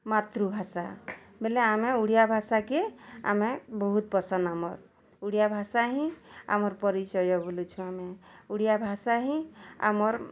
ମାତୃଭାଷା ବୋଲେ ଆମେ ଓଡ଼ିଆ ଭାଷାକେ ଆମେ ବହୁତ ପସନ୍ଦ୍ ଆମର୍ ଓଡ଼ିଆ ଭାଷା ହିଁ ଆମର ପରିଚୟ ବୋଲୁଛୁଁ ଆମେ ଓଡ଼ିଆ ଭାଷା ହିଁ ଆମର୍